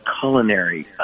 Culinary